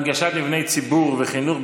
הנגשת מבני ציבור וחינוך,